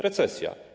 Recesja.